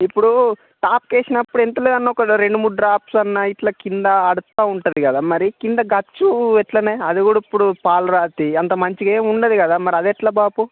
ఇప్పుడు టాప్కి వేసినప్పుడు ఎంత లేదన్నా రెండు మూడు డ్రాప్స్ అన్నా ఇట్లా కింద అడతా ఉంటుంది కదా మరి కింద గచ్చు ఎట్లనే అది కూడా ఇప్పుడు పాలరాతి అంత మంచిగా ఏం ఉండదు గదా మరి అది ఎట్లా బాపు